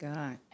God